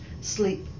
sleep